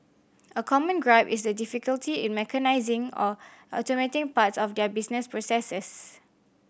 a common gripe is the difficulty in mechanising or automating parts of their business processes